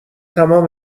تمام